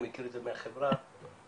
אני מכיר את זה מהחברה המורחבת,